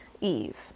Eve